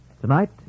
Tonight